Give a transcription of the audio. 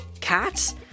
cats